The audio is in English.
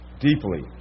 deeply